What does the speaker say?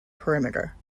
perimeter